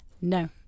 No